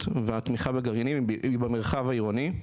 והתמיכה בגרעינים היא במרחב העירוני.